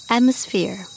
Atmosphere